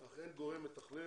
אך אין גורם מתכלל